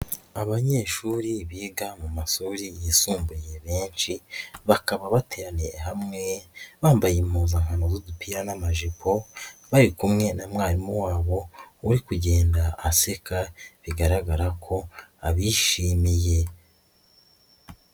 Abanyeshuri biga mu mashuri yisumbuye benshi, bakaba bateraniye hamwe bambaye impuzankano y'dupia n'amajipo, bari kumwe na mwarimu wabo, uri kugenda aseka bigaragara ko abishimiye.